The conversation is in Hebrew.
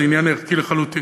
זה עניין ערכי לחלוטין.